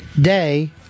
day